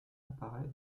apparait